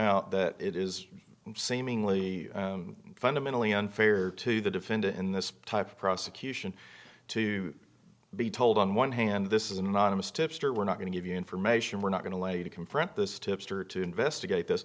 out that it is seemingly fundamentally unfair to the defendant in this type prosecution to be told on one hand this is an anonymous tipster we're not going to give you information we're not going to lay to confront this tipster to investigate th